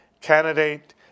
candidate